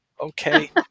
okay